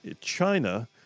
China